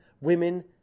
women